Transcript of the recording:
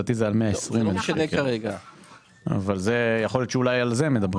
לדעתי זה היה על 120. יכול להיות שאולי על זה מדברים,